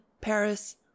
paris